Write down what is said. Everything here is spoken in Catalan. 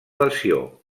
lesió